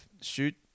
shoot